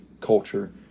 culture